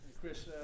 Chris